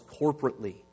corporately